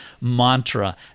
mantra